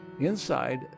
Inside